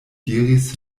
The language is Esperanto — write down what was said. diris